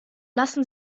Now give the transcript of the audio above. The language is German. lassen